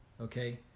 Okay